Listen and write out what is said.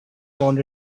found